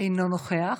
אינו נוכח,